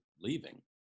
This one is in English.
leaving